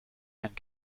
and